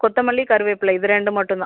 கொத்தமல்லி கருவேப்பிலை இது ரெண்டு மட்டுந்தான்